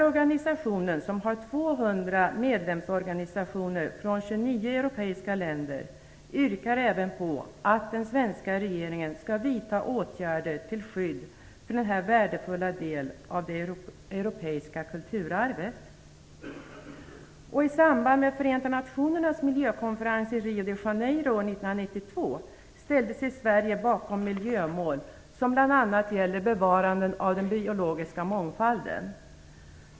Organisationen, som organiserar 200 medlemsorganisationer från 29 europeiska länder, yrkar även på att den svenska regeringen skall vidta åtgärder till skydd för denna värdefulla del av det europeiska kulturarvet. I samband med Förenta nationernas miljökonferens i Rio de Janerio år 1992 ställde sig Sverige bakom miljömål som bl.a. gäller bevarande av den biologiska mångfalden.